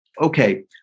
Okay